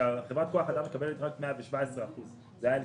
חברת כוח האדם מקבלת רק 117%. זה היה על